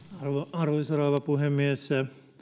arvoisa rouva puhemies